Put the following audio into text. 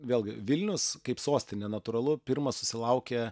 vėlgi vilnius kaip sostinė natūralu pirma susilaukia